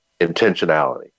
intentionality